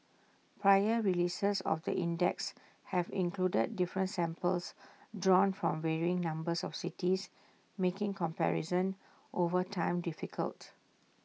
prior releases of the index have included different samples drawn from varying numbers of cities making comparison over time difficult